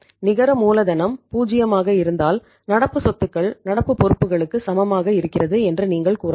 நிகர மூலதனம் பூஜ்ஜியமாக இருந்தால் நடப்பு சொத்துக்கள் நடப்பு பொறுப்புகளுக்கு சமமாக இருக்கிறது என்று நீங்கள் கூறலாம்